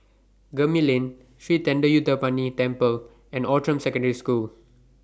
Gemmill Lane Sri Thendayuthapani Temple and Outram Secondary School